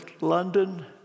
London